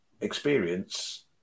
experience